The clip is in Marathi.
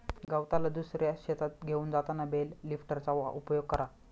गवताला दुसऱ्या शेतात घेऊन जाताना बेल लिफ्टरचा उपयोग करा